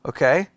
Okay